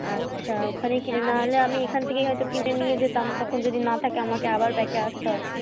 আচ্ছা ওখানেই কিনে নাহলে আমি এখান থেকেই হয়তো কিনে নিয়ে যেতাম তখন যদি না থাকে আমাকে আবার ব্যাকে আসতে হবে